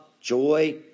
joy